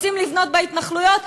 רוצים לבנות בהתנחלויות,